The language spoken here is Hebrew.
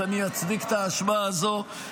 אז אני אצדיק את האשמה הזאת,